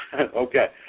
Okay